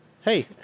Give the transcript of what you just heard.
hey